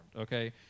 okay